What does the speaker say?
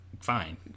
fine